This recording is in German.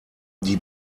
die